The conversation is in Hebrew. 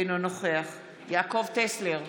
אינו נוכח יעקב טסלר,